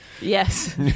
Yes